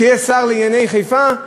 שיהיה שר לענייני חיפה?